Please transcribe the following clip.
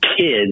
Kids